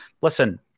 listen